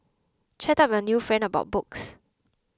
chat up your new friend about books